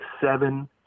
seven